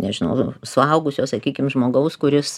nežinau suaugusio sakykim žmogaus kuris